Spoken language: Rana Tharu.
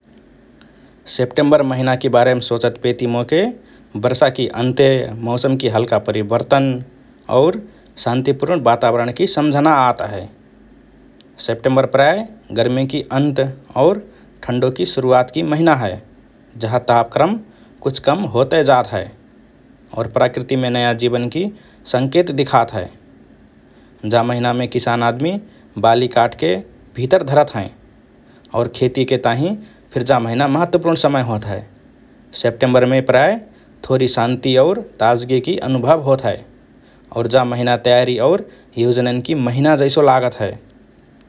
सेप्टेम्बर महिनाकि बारेम सोचतपेति मोके वर्षाकि अन्त्य, मौसमकि हल्का परिवर्तन और शान्तिपूर्ण वातावरणकि सम्झना आत हए । सेप्टेम्बर प्रायः गर्मीकि अन्त और ठन्डोकि शुरुवातकि महिना हए, जहाँ तापक्रम कुछ कम होतए जात हए और प्राकृतिमे नया जीवनकि संकेत दिखात हए । जा महिनामे किसान आदमि बाली काटके, भितर धरत हएँ और खेतीके ताहिँ फिर जा महिना महत्वपूर्ण समय होत हए । सेप्टेम्बरमे प्रायः थोरी शान्ति और ताजगीकि अनुभव होत हए और जा महिना तयारी और योजनान्कि महिना जैसो लागत हए ।